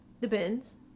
Depends